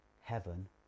heaven